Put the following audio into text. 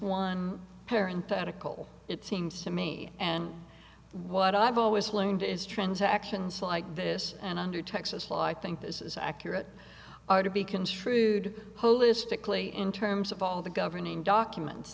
one parent pedicle it seems to me and what i've always learned is transactions like this and under texas law i think this is accurate are to be construed holistically in terms of all the governing documents